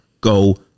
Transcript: go